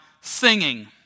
singing